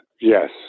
yes